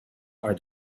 are